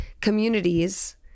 communities